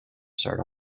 start